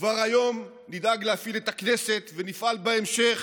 כבר היום נדאג להפעיל את הכנסת, ונפעל בהמשך